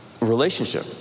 Relationship